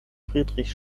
friedrich